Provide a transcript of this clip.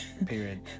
Period